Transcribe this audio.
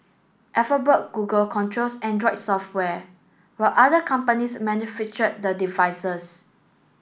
Alphabet Google controls Android software while other companies manufacture the devices